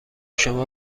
شما